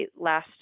last